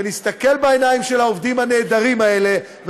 ונסתכל בעיניים של העובדים הנהדרים האלה,